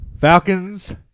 Falcons